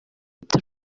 ati